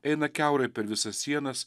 eina kiaurai per visas sienas